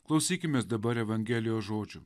klausykimės dabar evangelijos žodžių